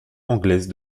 anglaise